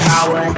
Power